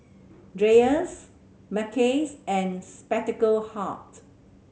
Dreyers Mackays and Spectacle Hut